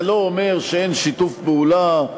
זה לא אומר שאין שיתוף פעולה,